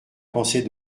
pensée